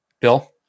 Bill